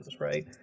Right